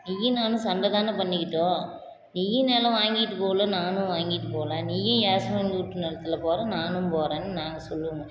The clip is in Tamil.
நீயும் நானும் சண்டை தான் பண்ணிக்கிட்டோம் நீயும் நிலம் வாங்கிக்கிட்டு போகல நானும் வாங்கிக்கிட்டு போகல நீயும் ஏசுனவங்க வீட்டு நிலத்துல போறே நானும் போகிறேன்னு நான் சொல்லுவோம்ங்க